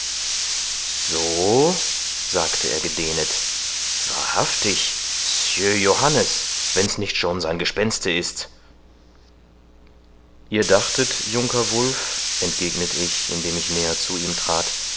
so sagte er gedehnet wahrhaftig sieur johannes wenn's nicht schon sein gespenste ist ihr dachtet junker wulf entgegnet ich indem ich näher zu ihm trat